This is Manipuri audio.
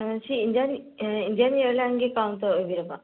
ꯑꯥ ꯁꯤ ꯏꯟꯗꯤꯌꯥꯟ ꯏꯟꯗꯤꯌꯥꯟ ꯏꯌꯥꯔꯂꯥꯏꯟꯒꯤ ꯀꯥꯎꯟꯇꯔ ꯑꯣꯏꯕꯤꯔꯕꯣ